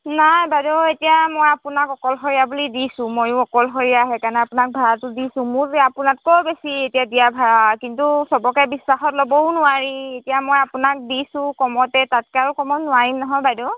নাই বাইদেউ এতিয়া মই আপোনাক অকলশৰীয়া বুলি দিছোঁ ময়ো অকলশৰীয়া সেইকাৰণে আপোনাক ভাড়াটো দিছোঁ মোৰ আপোনাতকৈও বেছি এতিয়া দিয়া ভাড়া কিন্তু চবকে বিশ্বাসত ল'বও নোৱাৰি এতিয়া মই আপোনাক দিছোঁ কমতে তাতকৈ আৰু কমত নোৱাৰিম নহয় বাইদেউ